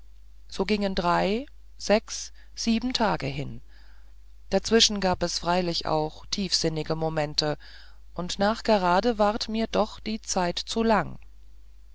so gingen drei sechs sieben tage hin dazwischen gab es freilich auch tiefsinnige momente und nachgerade ward mir doch die zeit zu lang